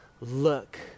look